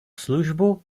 službu